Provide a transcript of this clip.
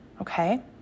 Okay